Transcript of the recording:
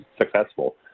successful